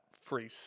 free